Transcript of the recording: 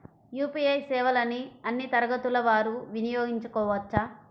UPI సేవలని అన్నీ తరగతుల వారు వినయోగించుకోవచ్చా?